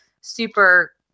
super